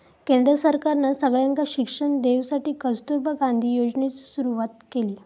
केंद्र सरकारना सगळ्यांका शिक्षण देवसाठी कस्तूरबा गांधी योजनेची सुरवात केली